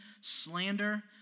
slander